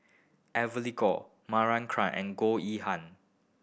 Evely Goh and Goh Yihan